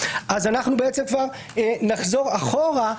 אנחנו נחזור אחורה.